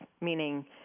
Meaning